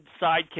sidekick